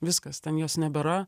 viskas ten jos nebėra